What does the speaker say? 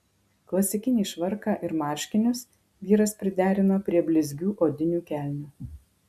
klasikinį švarką ir marškinius vyras priderino prie blizgių odinių kelnių